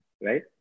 right